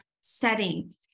setting